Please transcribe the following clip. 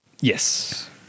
Yes